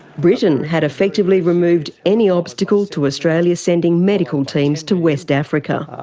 britain had effectively removed any obstacle to australia sending medical teams to west africa,